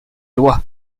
lois